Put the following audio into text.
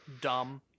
dumb